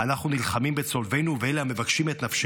אנחנו נלחמים בצולבינו ובאלה המבקשים את נפשנו.